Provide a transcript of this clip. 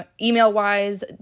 email-wise